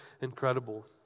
incredible